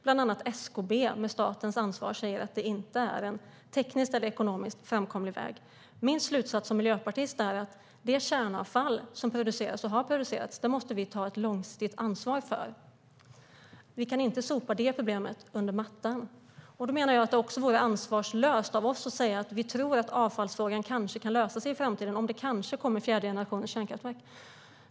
Bland annat SKB med statens ansvar säger att det inte är en tekniskt eller ekonomiskt framkomlig väg. Min slutsats som miljöpartist är att det kärnavfall som produceras och har producerats måste vi ta ett långsiktigt ansvar för. Vi kan inte sopa det problemet under mattan. Då menar jag att det också vore ansvarslöst av oss att säga att vi tror att avfallsfrågan kanske kan lösas i framtiden om det kanske kommer fjärde generationens kärnkraftverk.